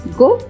go